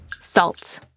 Salt